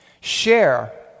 Share